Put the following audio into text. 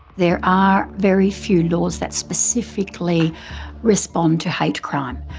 there are very few laws that specifically respond to hate crime.